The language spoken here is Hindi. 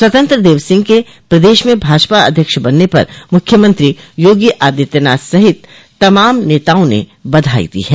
स्वतंत्र देव सिंह के प्रदेश में भाजपा अध्यक्ष बनने पर मुख्यमंत्री योगी आदित्यनाथ सहित तमाम नेताओं ने बधाई दी है